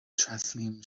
tréaslaím